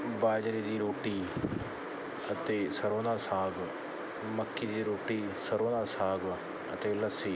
ਬਾਜਰੇ ਦੀ ਰੋਟੀ ਅਤੇ ਸਰ੍ਹੋਂ ਦਾ ਸਾਗ ਮੱਕੀ ਦੀ ਰੋਟੀ ਸਰ੍ਹੋਂ ਦਾ ਸਾਗ ਅਤੇ ਲੱਸੀ